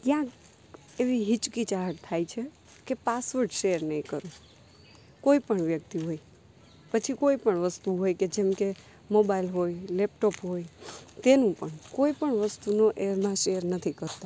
ક્યાંક એવી હીચકિચાહટ થાય છે કે પાસવર્ડ શેર નહીં કરું કોઈપણ વ્યક્તિ હોય પછી કોઈપણ વસ્તુ હોય કે જેમકે મોબાઈલ હોય લેપટોપ હોય તેનું પણ કોઈપણ વસ્તુનું એમાં શેર નથી કરતાં